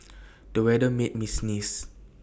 the weather made me sneeze